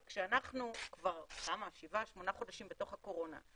אבל כשאנחנו כבר שבעה-שמונה חודשים בתוך הקורונה,